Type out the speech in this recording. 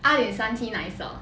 阿里山 tea nicer